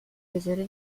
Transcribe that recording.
geselle